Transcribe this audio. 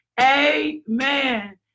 amen